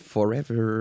Forever